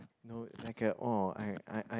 no like a orh I I I